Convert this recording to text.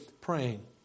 praying